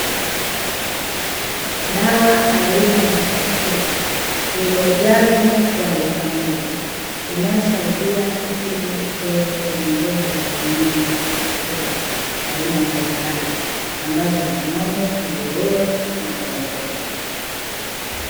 Dawa aina ya Taktic yenye ujazo wa lita moja inayoisaidia kutibu upele kwenye ngozi za wanyama wa kufugwa, aina mbalimbali ambazo ni ng'ombe, nguruwe na kondoo.